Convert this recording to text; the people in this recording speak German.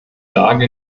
lage